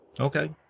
Okay